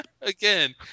Again